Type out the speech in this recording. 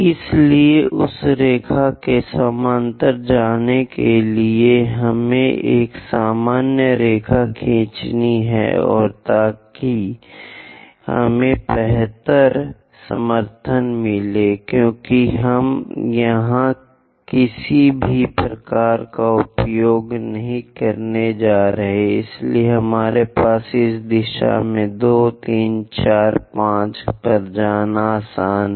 इसलिए उस रेखा के समानांतर जाने के लिए हमें एक सामान्य रेखा खींचनी है और ताकि हमें बेहतर समर्थन मिले क्योंकि हम यहां किसी भी प्रकार का उपयोग नहीं कर रहे हैं इसलिए हमारे लिए इस दिशा में 2 3 4 5 पर जाना आसान है